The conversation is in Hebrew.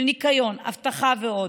של ניקיון, של אבטחה ועוד.